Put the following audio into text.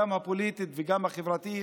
גם הפוליטית וגם החברתית.